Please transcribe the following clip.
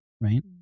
right